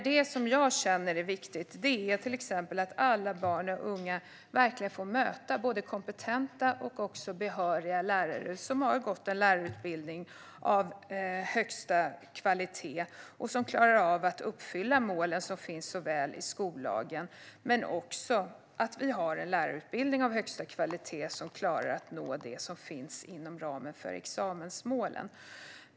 Det jag känner är viktigt är snarare att alla barn och unga verkligen får möta både kompetenta och behöriga lärare, som har gått en lärarutbildning av högsta kvalitet och som klarar av att uppfylla de mål som så tydligt finns i skollagen. Det handlar också om att vi ska ha en lärarutbildning av högsta kvalitet som klarar att nå det som ligger inom ramen för examensmålen.